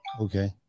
Okay